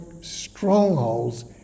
strongholds